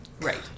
right